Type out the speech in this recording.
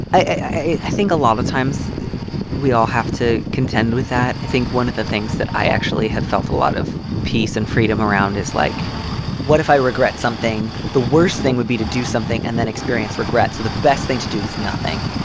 i think a lot of times we all have to contend with that. i think one of the things that i actually have felt a lot of peace and freedom around is, like what if i regret something? the worst thing would be to do something and then experience regret, so the best thing to do is nothing.